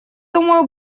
думаю